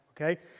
Okay